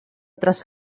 traça